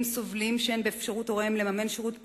סובלים שאין באפשרות הוריהם לממן שירות פרטי,